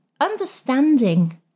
Understanding